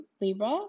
Libra